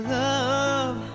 love